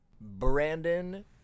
brandon